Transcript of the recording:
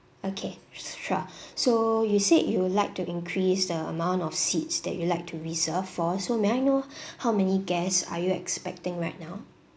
okay sure so you said you would like to increase the amount of seats that you'd like to reserve for so may I know how many guests are you expecting right now